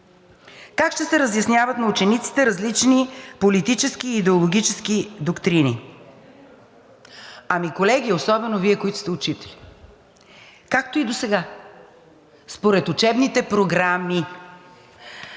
как ще се разясняват на учениците различни политически и идеологически доктрини. Ами, колеги, особено Вие, които сте учители – както и досега, според учебните програми.